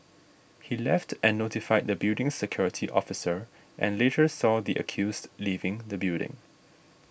he left and notified the building's security officer and later saw the accused leaving the building